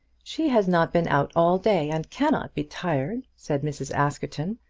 she has not been out all day, and cannot be tired, said mrs. askerton,